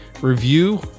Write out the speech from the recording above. review